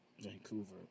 Vancouver